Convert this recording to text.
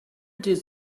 did